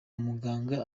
muganga